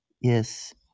Yes